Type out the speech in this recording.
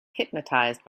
hypnotized